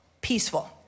peaceful